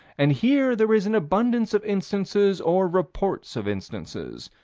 and here there is an abundance of instances or reports of instances.